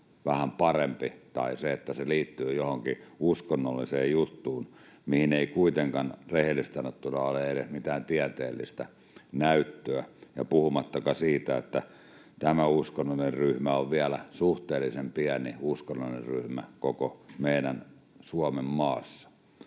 vähän parempi tai se liittyy johonkin uskonnolliseen juttuun, mihin ei kuitenkaan rehellisesti sanottuna ole edes mitään tieteellistä näyttöä — puhumattakaan siitä, että tämä uskonnollinen ryhmä on vielä suhteellisen pieni uskonnollinen ryhmä koko meidän Suomen maassa.